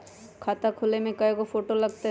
खाता खोले में कइगो फ़ोटो लगतै?